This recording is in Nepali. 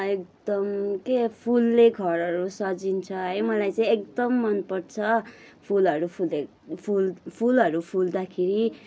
एकदम के फुलले घरहरू सजिन्छ है मलाई चाहिँ एकदम मन पर्छ फुलहरू फुले फुल फुलहरू फुल्दाखेरि